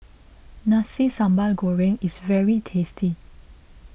Nasi Sambal Goreng is very tasty